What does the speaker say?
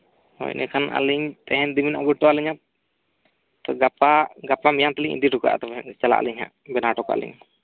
ᱦᱳᱭ ᱤᱱᱟᱹᱠᱷᱟᱱ ᱟᱹᱞᱤᱧ ᱛᱮᱦᱮᱧ ᱡᱩᱫᱤ ᱵᱤᱱ ᱟᱹᱜᱩ ᱦᱚᱴᱚ ᱟᱹᱞᱤᱧᱟ ᱛᱳ ᱜᱟᱯᱟ ᱜᱟᱯᱟᱼᱢᱮᱭᱟᱝ ᱛᱮᱞᱤᱧ ᱤᱫᱤ ᱦᱚᱴᱚᱠᱟᱜᱼᱟ ᱛᱚᱵᱮᱦᱟᱜ ᱪᱟᱞᱟᱜ ᱟᱹᱞᱤᱧᱦᱟᱜ ᱵᱮᱱᱟᱣ ᱚᱴᱚᱠᱟᱜᱼᱟ ᱞᱤᱧ